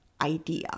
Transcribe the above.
idea